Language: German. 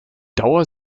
dauer